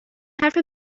حرف